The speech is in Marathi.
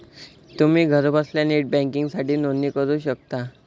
तुम्ही घरबसल्या नेट बँकिंगसाठी नोंदणी करू शकता